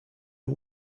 are